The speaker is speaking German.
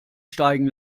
steigen